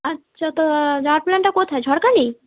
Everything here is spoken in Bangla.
আচ্ছা তা রাপল্যান্ডটা কোথায় ঝড়খালি